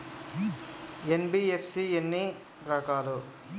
NBFC ఎన్ని రకాలు?